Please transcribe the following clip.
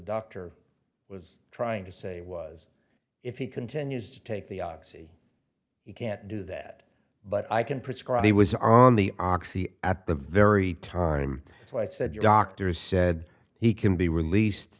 doctor was trying to say was if he continues to take the oxy you can't do that but i can prescribe he was on the oxy at the very time when i said your doctor said he can be released